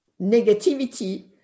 negativity